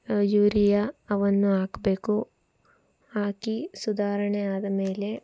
urea ಅವನ್ನು ಹಾಕಬೇಕು ಹಾಕಿ ಸುಧಾರಣೆಯಾದ ಮೇಲೆ